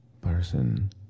person